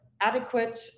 adequate